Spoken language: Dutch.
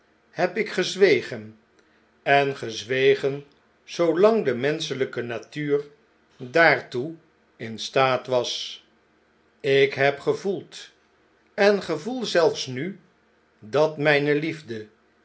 heb ik gezwegen en gezwegen zoolangde menscheljjke natuur daartoe in staat was ik heb gevoeld en gev'oel zelfs nu dat mijne liefde